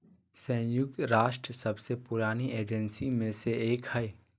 संयुक्त राष्ट्र सबसे पुरानी एजेंसी में से एक हइ